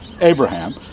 Abraham